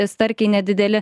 starkiai nedideli